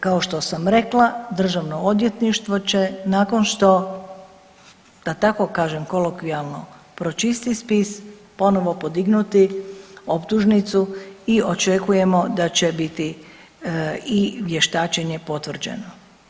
Kao što sam rekla državno odvjetništvo će nakon što da tako kažem kolokvijalno pročisti spis ponovo podignuti optužnicu i očekujemo da će biti i vještačenje potvrđeno.